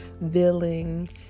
villains